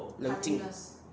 冷静